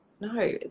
No